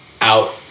out